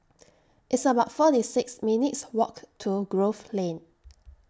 It's about forty six minutes' Walk to Grove Lane